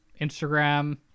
Instagram